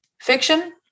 fiction